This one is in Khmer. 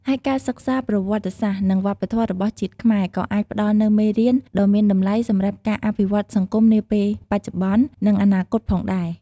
ហើយការសិក្សាប្រវត្តិសាស្រ្ត និងវប្បធម៌របស់ជាតិខ្មែរ ក៏អាចផ្តល់នូវមេរៀនដ៏មានតម្លៃសម្រាប់ការអភិវឌ្ឍសង្គមនាពេលបច្ចុប្បន្ន និងអនាគតផងដែរ។